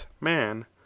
man